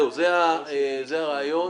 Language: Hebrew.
זה הרעיון.